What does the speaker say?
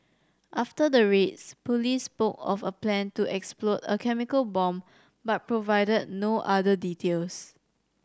after the raids police spoke of a plan to explode a chemical bomb but provided no other details